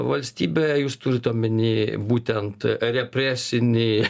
valstybę jūs turit omeny būtent represinį